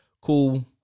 Cool